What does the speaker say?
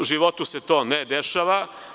U životu se to ne dešava.